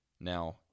Now